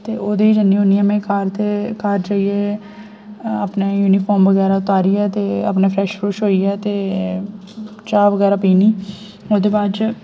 ते ओह्दे च जन्नी होन्नी आं में घर ते घर जाइयै अपनी यूनिफार्म बगैरा उतारियै ते अपना फ्रैश फ्रुश होइयै ते चाह् बगैरा पीनी ओह्दे बाद च